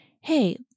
hey